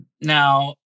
Now